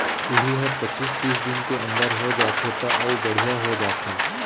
उही हर पचीस तीस दिन के अंदर हो जाथे त अउ बड़िहा हो जाथे